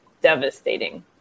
devastating